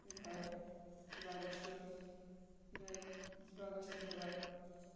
बिनिफ्राय जिबा आगस्ट' बिनिफ्राय जिबा आगस्ट' जाबाय